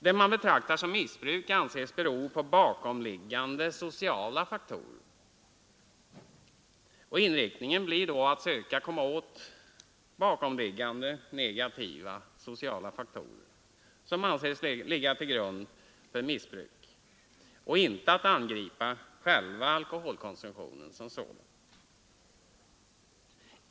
Det man betraktar som missbruk anses bero på bakomliggande sociala faktorer. Inriktningen blir då att söka komma åt negativa sociala faktorer, som anses leda till missbruk, och inte att angripa själva alkoholkonsumtionen.